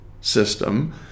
system